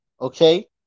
Okay